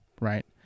right